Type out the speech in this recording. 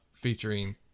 Featuring